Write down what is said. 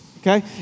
okay